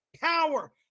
Power